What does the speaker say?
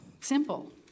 simple